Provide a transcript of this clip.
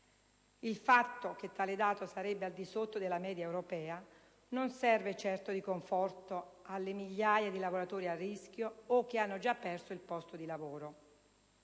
Il fatto che tale dato sarebbe al di sotto della media europea non serve certo di conforto alle migliaia di lavoratori a rischio o che hanno già perso il posto di lavoro.